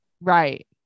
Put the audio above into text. Right